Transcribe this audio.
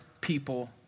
people